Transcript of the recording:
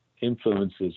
influences